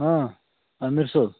آ صٲب